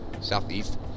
Southeast